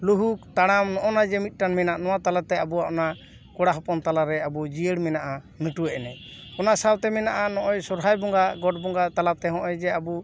ᱞᱩᱦᱩᱠ ᱛᱟᱲᱟᱢ ᱱᱚᱜᱼᱚ ᱱᱟᱡᱮ ᱢᱤᱫᱴᱟᱝ ᱢᱮᱱᱟᱜ ᱱᱚᱣᱟ ᱛᱟᱞᱟᱛᱮ ᱟᱵᱚᱣᱟᱜ ᱚᱱᱟ ᱠᱚᱲᱟ ᱦᱚᱯᱚᱱ ᱛᱟᱞᱟ ᱨᱮ ᱟᱵᱚ ᱡᱤᱭᱟᱹᱲ ᱢᱮᱱᱟᱜᱼᱟ ᱱᱟᱹᱴᱣᱟᱹ ᱮᱱᱮᱡ ᱚᱱᱟ ᱥᱟᱶᱛᱮ ᱢᱮᱱᱟᱜᱼᱟ ᱱᱚᱜ ᱚᱭ ᱥᱚᱨᱦᱟᱭ ᱵᱚᱸᱜᱟ ᱜᱚᱴ ᱵᱚᱸᱜᱟ ᱛᱟᱞᱟᱛᱮ ᱱᱚᱜ ᱚᱭ ᱡᱮ ᱟᱵᱚ